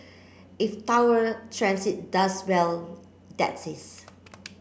if Tower Transit does well that's is